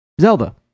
zelda